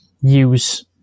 use